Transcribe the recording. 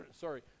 sorry